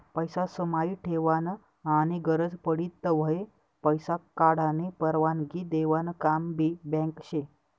पैसा समाई ठेवानं आनी गरज पडी तव्हय पैसा काढानी परवानगी देवानं काम भी बँक शे